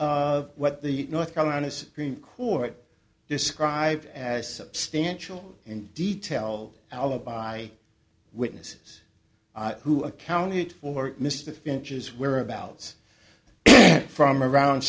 of what the north carolina supreme court described as substantial and detailed alibi witnesses who accounted for mr finch as whereabouts from around